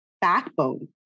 backbone